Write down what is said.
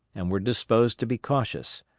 and were disposed to be cautious.